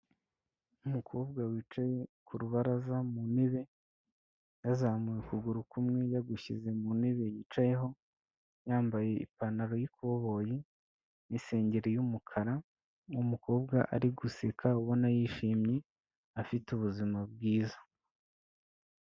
Umukobwa wicaye ku rubaraza mu ntebe, yazamuye ukuguru kumwe yagushyize mu ntebe yicayeho, yambaye ipantaro y'ikoboyi, n'isengeri y'umukara, ni umukobwa ari guseka ubona yishimye, afite ubuzima bwiza.